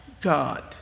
God